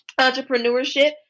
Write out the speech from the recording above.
entrepreneurship